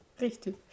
richtig